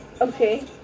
Okay